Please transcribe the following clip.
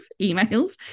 emails